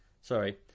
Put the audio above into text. Sorry